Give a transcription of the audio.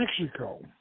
Mexico